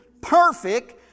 perfect